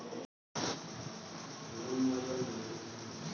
हम ई साल सोने में अपन ढेर पईसा लगा देलिअई हे